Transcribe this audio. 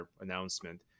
announcement